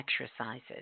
exercises